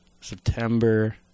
September